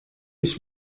ich